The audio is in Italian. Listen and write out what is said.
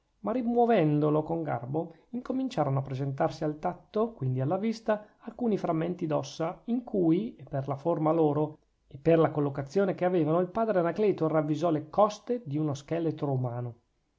ma rimuovendolo con garbo incominciarono a presentarsi al tatto quindi alla vista alcuni frammenti d'ossa in cui e per la forma loro e per la collocazione che avevano il padre anacleto ravvisò le coste di uno scheletro umano